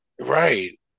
Right